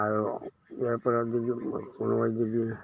আৰু ইয়াৰপৰা যদি কোনোবাই যদি